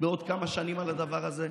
בעוד כמה שנים על הדבר הזה?